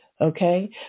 Okay